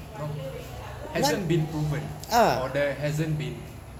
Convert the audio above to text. no hasn't been proven or there hasn't been